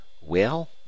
Well